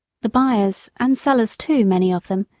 the buyers and sellers, too, many of them,